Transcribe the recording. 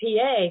PA